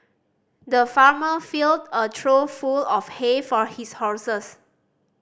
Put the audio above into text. the farmer filled a trough full of hay for his horses